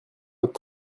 notre